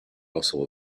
also